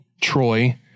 troy